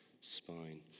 spine